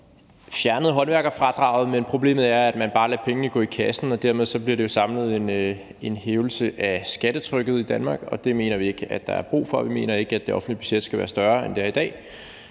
fjerner håndværkerfradraget. Men problemet er, at man bare lader pengene gå i kassen, og dermed bliver det jo samlet en hævelse af skattetrykket i Danmark, og det mener vi ikke at der er brug for. Vi mener ikke, at det offentlige budget skal være større, end det er i dag,